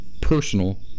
personal